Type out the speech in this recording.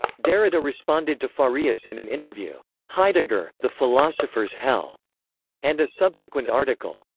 derrida responded to farias in an interview, heidegger, the philosopher's hell and a subsequent article,